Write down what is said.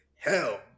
Hell